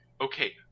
okay